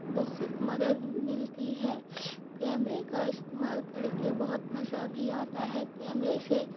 بہت مدد ملتی ہے کیمرے کا استعمال کر کے بہت مزہ بھی آتا ہے کیمرے سے